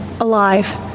alive